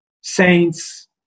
Saints